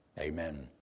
Amen